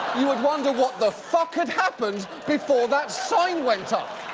you would wonder what the fuck had happened before that sign went up.